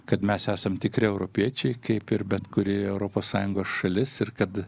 kad mes esam tikri europiečiai kaip ir bet kuri europos sąjungos šalis ir kad